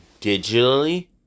digitally